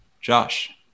Josh